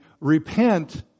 repent